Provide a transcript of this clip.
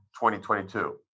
2022